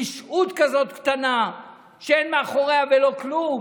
רשעות כזאת קטנה שאין מאחוריה ולא כלום,